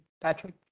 Patrick